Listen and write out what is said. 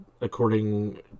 according